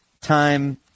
time